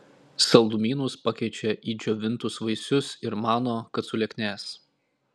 saldumynus pakeičia į džiovintus vaisius ir mano kad sulieknės